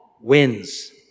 wins